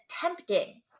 tempting